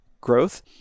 growth